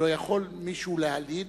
ולא יכול מישהו להלין,